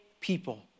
people